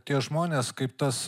tie žmonės kaip tas